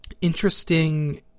interesting